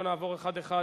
לא נעבור אחד-אחד,